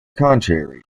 contrary